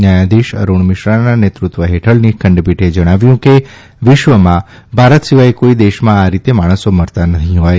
ન્યાયાધીશ અરૂણ મિશ્રાના નેતૃત્વ હેઠળની ખંડપીઠે જણાવ્યુંં કે વિશ્વમાં ભારત સિવાય કાઇ દેશમાં આ રીતે માણસ મરતા નહીં હાથ